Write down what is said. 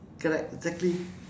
correct exactly